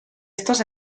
estos